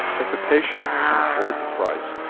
if a patient can afford the price,